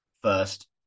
first